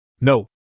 No